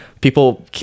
People